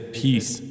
peace